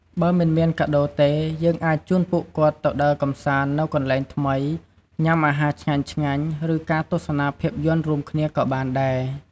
បើមិនមានកាដូរទេ យើងអាចជូនពួកគាត់ទៅដើរកម្សាន្តនៅកន្លែងថ្មី ញ៉ាំអាហារឆ្ញាញ់ៗ ឬការទស្សនាភាពយន្តរួមគ្នាក៏បានដែរ។